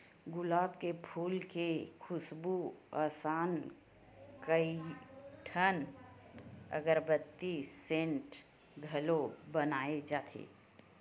गुलाब के फूल के खुसबू असन कइठन अगरबत्ती, सेंट घलो बनाए जाथे